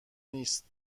نیست